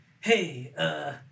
hey